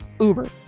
Uber